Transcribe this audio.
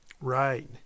Right